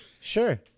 sure